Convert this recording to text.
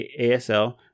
ASL